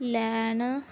ਲੈਣ